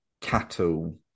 cattle